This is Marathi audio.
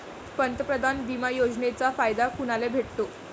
पंतप्रधान बिमा योजनेचा फायदा कुनाले भेटतो?